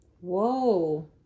Whoa